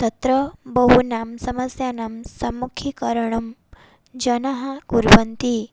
तत्र बहूनां समस्यानां सम्मुखीकरणं जनाः कुर्वन्ति